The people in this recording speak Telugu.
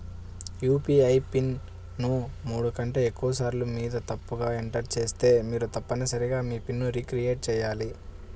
యూ.పీ.ఐ పిన్ ను మూడు కంటే ఎక్కువసార్లు మీరు తప్పుగా ఎంటర్ చేస్తే మీరు తప్పనిసరిగా మీ పిన్ ను రీసెట్ చేయాలి